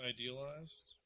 Idealized